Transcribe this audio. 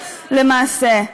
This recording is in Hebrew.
למעשה?